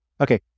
Okay